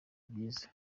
byiza